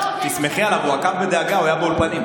תסמכי עליו, הוא עקב בדאגה, הוא היה באולפנים.